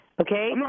Okay